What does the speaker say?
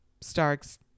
Starks